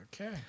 Okay